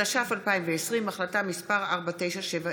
התש"ף 2020, החלטה מס' 4970,